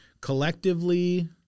collectively